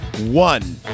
One